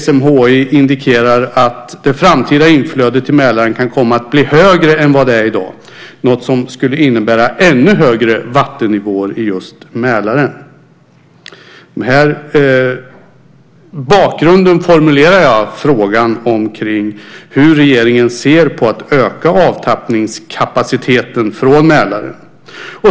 SMHI indikerar att det framtida inflödet till Mälaren kan komma att bli högre än i dag, något som skulle kunna innebära ännu högre vattennivåer i just Mälaren. I bakgrunden formulerar jag frågan hur regeringen ser på att öka kapaciteten för avtappning från Mälaren.